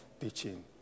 teaching